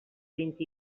vint